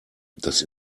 das